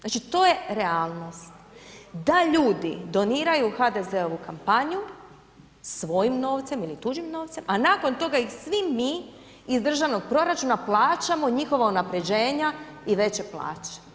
Znači to je realnost da ljudi doniraju HDZ-ovu kampanju svojim novcem ili tuđim novcem a nakon toga ih svi mi iz državnog proračuna plaćamo njihova unaprjeđenja i veće plaće.